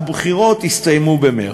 הבחירות הסתיימו במרס,